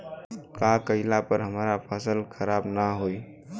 का कइला पर हमार फसल खराब ना होयी?